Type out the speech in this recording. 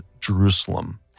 Jerusalem